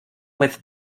with